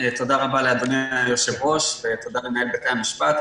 תודה רבה לאדוני היושב-ראש ותודה למנהל בתי המשפט.